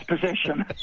position